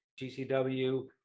GCW